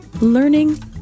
learning